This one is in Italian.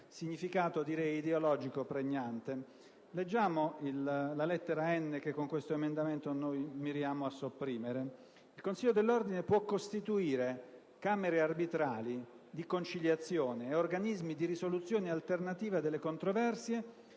significato ideologico pregnante. Leggiamo la lettera *n)* che con questo emendamento miriamo a sopprimere: il consiglio dell'ordine «può costituire camere arbitrali, di conciliazione ed organismi di risoluzione alternativa delle controversie,